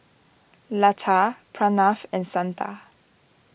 Lata Pranav and Santha